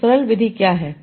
तो सरल विधि क्या है